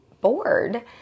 bored